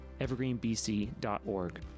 evergreenbc.org